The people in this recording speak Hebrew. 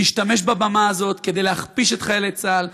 להשתמש בבמה הזאת כדי להכפיש את חיילי צה"ל,